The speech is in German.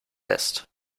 lässt